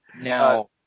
Now